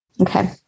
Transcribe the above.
Okay